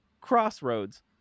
Crossroads